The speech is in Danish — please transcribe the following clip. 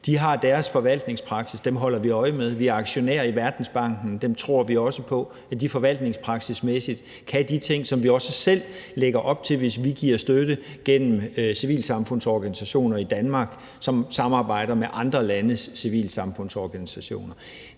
De har deres forvaltningspraksis, og den holder vi øje med. Vi er aktionær i Verdensbanken, og der tror vi også på, at de forvaltningsmæssigt kan de ting, som vi også selv lægger op til, hvis vi giver støtte gennem civilsamfundsorganisationer i Danmark, som samarbejder med andre landes civilsamfundsorganisationer.